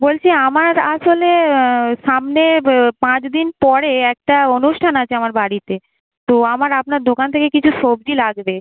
বলছি আমার আসলে সামনে পাঁচ দিন পরে একটা অনুষ্ঠান আছে আমার বাড়িতে তো আমার আপনার দোকান থেকে কিছু সবজি লাগবে